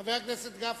חבר הכנסת גפני,